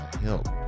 help